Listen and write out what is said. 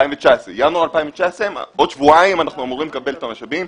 בעוד שבועיים אנחנו אמורים לקבל את המשאבים,